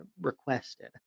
requested